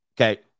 Okay